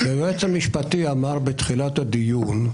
היועץ המשפטי אמר בתחילת הדיון,